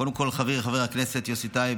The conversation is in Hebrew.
קודם כול, חברי חבר הכנסת יוסי טייב,